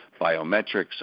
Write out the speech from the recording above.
biometrics